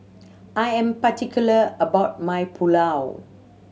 I am particular about my Pulao